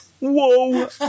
whoa